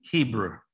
Hebrew